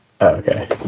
okay